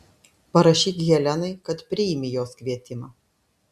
parašyk helenai kad priimi jos kvietimą